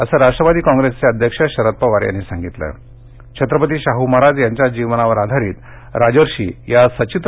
असं राष्ट्रवादी कॉप्रेसचे अध्यक्ष शरद पवार म्हणालेछत्रपती शाह महाराज यांच्या जीवनावर आधारित राजर्षी या सचित्र